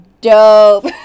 dope